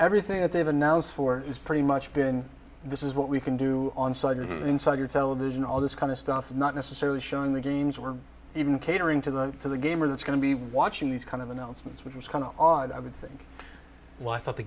everything that they've announced for is pretty much been this is what we can do on cider inside your television all this kind of stuff not necessarily showing the games were even catering to the to the gamer that's going to be watching these kind of announcements which is kind of odd i would think well i thought the